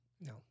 no